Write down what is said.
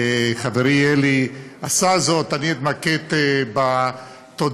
חברי אלי עשה זאת, אני אתמקד בתודות,